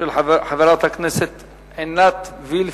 של חברת הכנסת עינת וילף.